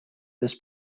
this